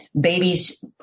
babies